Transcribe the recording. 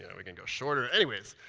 and we could go shorter. anyways,